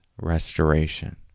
restoration